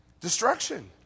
Destruction